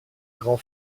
grand